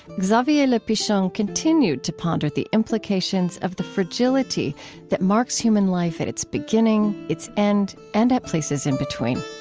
xavier le pichon continued to ponder the implications of the fragility that marks human life at its beginning, its end, and at places in between